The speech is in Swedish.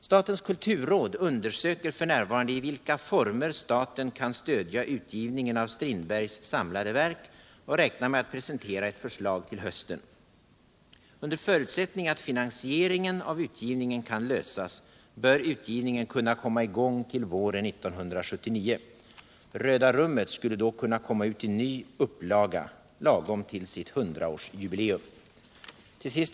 Statens kulturråd undersöker f.n. i vilka former staten kan stödja utgivningen av Strindbergs samlade verk och räknar med att presentera ett förslag till hösten. Under förutsättning att finansieringen av utgivningen kan lösas bör utgivningen kunna komma i gång till våren 1979. ”Röda rummet” skulle då kunna komma ut i ny upplaga lagom till sitt hundraårsjubileum. Till sist.